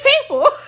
people